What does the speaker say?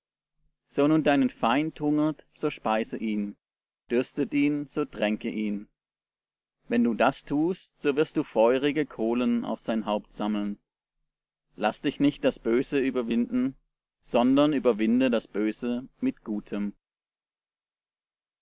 so nun deinen feind hungert so speise ihn dürstet ihn so tränke ihn wenn du das tust so wirst du feurige kohlen auf sein haupt sammeln laß dich nicht das böse überwinden sondern überwinde das böse mit gutem